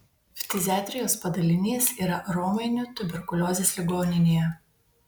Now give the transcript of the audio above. ftiziatrijos padalinys yra romainių tuberkuliozės ligoninėje